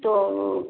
तो